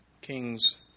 kings